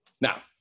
Now